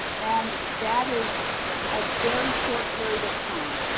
and that is a very short period of time